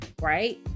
right